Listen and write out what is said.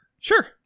Sure